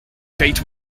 gate